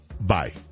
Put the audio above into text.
Bye